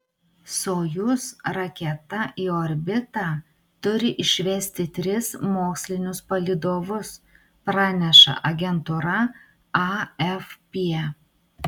sojuz raketa į orbitą turi išvesti tris mokslinius palydovus praneša agentūra afp